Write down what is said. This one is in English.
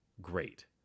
great